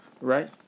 right